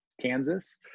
Kansas